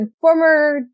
former